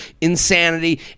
insanity